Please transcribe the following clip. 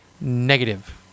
Negative